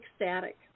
ecstatic